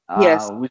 Yes